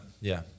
Yeah